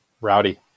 Rowdy